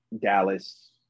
Dallas